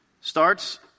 starts